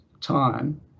time